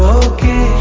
okay